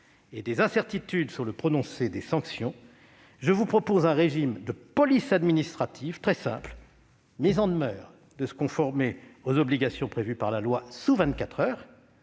et des incertitudes sur le prononcé des sanctions, je vous propose un régime de police administrative très simple : mise en demeure de se conformer aux obligations prévues par la loi sous